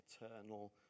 eternal